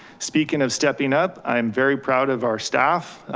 speaking of stepping up, i'm very proud of our staff.